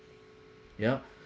ya